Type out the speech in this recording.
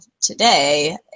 today